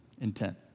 intent